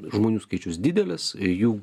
žmonių skaičius didelis jų